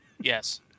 Yes